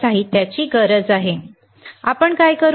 हीच आपल्याला गरज आहे आपण काय करू